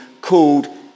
called